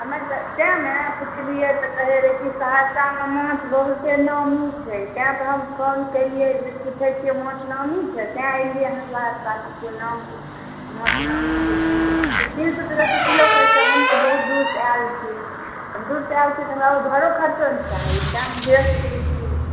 हमे तऽ तेँ ने पुछलिए तऽ कहै रहै कि सहरसामे माछ बहुते नामी छै तेँ तऽ हम कॉल केलिए जे पुछै छी से माछ नामी छै तै अएलिए हँ सहरसा नाम माछ नामी छै जे तीन सौ रुपैआ तू किलो कहै छिए हम तऽ बहुत दूरसँ आएल छिए दूरसँ आएल छिए तऽ हमरा भाड़ो खरचा ने चाही तेँ हम कहै छी डेढ़ सओ किलो